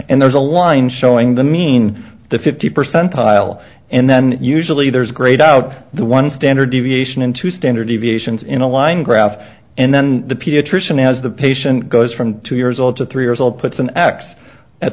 and there's a line showing the mean the fifty percent aisle and then usually there is great out the one standard deviation in two standard deviations in a line graph and then the pediatrician as the patient goes from two years old to three years old puts an x at